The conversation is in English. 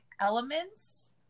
elements